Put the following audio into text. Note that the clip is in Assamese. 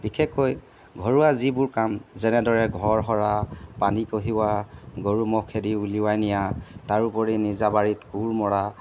বিশেষকৈ ঘৰুৱা যিবোৰ কাম যেনেদৰে ঘৰ সৰা পানী কঢ়িওৱা গৰু ম'হ খেদি উলিওৱাই নিয়া তাৰোপৰি নিজা বাৰীত কোৰ মৰা